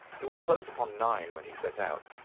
it was close upon nine when he set out.